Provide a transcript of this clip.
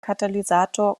katalysator